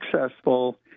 successful